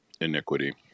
iniquity